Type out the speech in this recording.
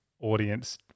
audience